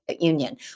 Union